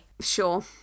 Sure